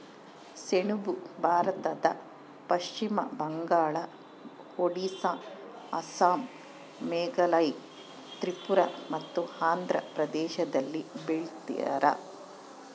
ಸೆಣಬು ಭಾರತದ ಪಶ್ಚಿಮ ಬಂಗಾಳ ಒಡಿಸ್ಸಾ ಅಸ್ಸಾಂ ಮೇಘಾಲಯ ತ್ರಿಪುರ ಮತ್ತು ಆಂಧ್ರ ಪ್ರದೇಶದಲ್ಲಿ ಬೆಳೀತಾರ